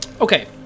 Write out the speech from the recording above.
okay